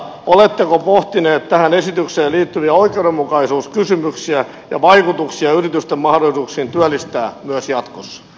oletteko pohtineet tähän esitykseen liittyviä oikeudenmukaisuuskysymyksiä ja vaikutuksia yritysten mahdollisuuksiin työllistää myös jatkossa